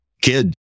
kid